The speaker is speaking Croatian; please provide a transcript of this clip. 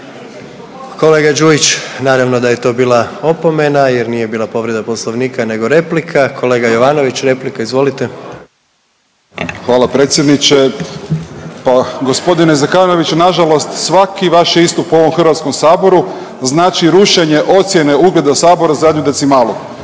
Kolega Đujić naravno da je to bila opomena jer nije bila povreda Poslovnika nego replika. Kolega Jovanović replika izvolite. **Jovanović, Željko (SDP)** Hvala predsjedniče. Pa gospodine Zekanoviću nažalost svaki vaš istup u ovom HS-u znači rušenje ocjene ugleda sabora za jednu decimalu.